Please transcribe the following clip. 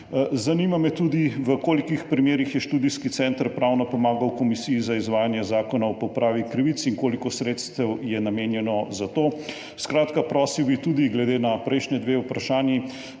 izobraževalnim? V koliko primerih je študijski center pravno pomagal Komisiji za izvajanje Zakona o popravi krivic in koliko sredstev je namenjenih za to? Prosil bi, glede na prejšnji dve vprašanji,